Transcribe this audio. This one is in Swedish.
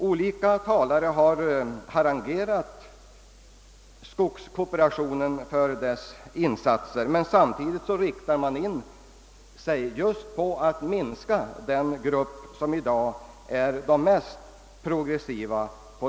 Flera talare har harangerat skogskooperationen för dess insatser men samtidigt inriktat sig på att minska och misstänkliggöra den ägargrupp som i dag är den mest progressiva.